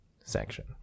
section